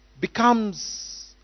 becomes